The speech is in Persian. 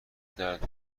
درد